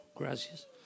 Gracias